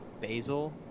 basil